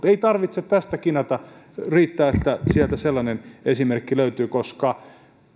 ei tarvitse tästä kinata riittää että sieltä sellainen esimerkki löytyy